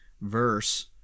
verse